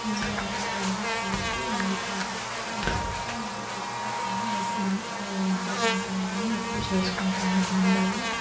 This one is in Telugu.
పిండి వంటలు అవన్ని చేసి వండుతారు కాబట్టి మేము ఎక్కువగా పని మా మకర సంక్రాంతిని ఎక్కువగా చేసుకుంటాము దానివల్ల